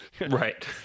Right